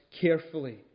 carefully